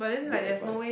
good advice